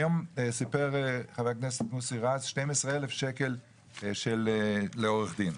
היום סיפר חבר הכנסת מוסי רז 12,000 שקל לעורך דין.